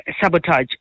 sabotage